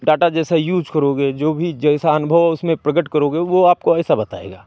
data जैसे use करोगे जो भी जैसा अनुभव उसमें प्रकट करोगे वो आपको ऐसा बताएगा